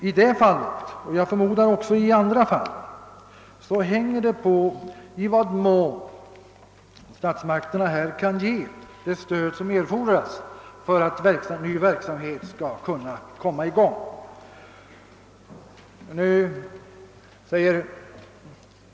Om det skall bli någon lokalisering hänger alltså på i vad mån statsmakter na kan ge det stöd som erfordras för att ny verksamhet skall komma i gång.